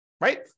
right